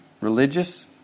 religious